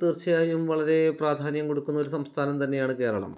തീർച്ചയായും വളരെ പ്രാധാന്യം കൊടുക്കുന്ന ഒരു സംസ്ഥാനം തന്നെയാണ് കേരളം